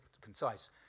concise